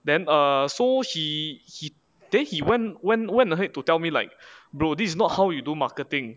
then err so he he then he went when went ahead to tell me like bro this is not how you do marketing